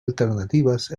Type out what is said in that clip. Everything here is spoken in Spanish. alternativas